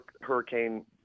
Hurricane